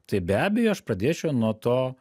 tai be abejo aš pradėčiau nuo to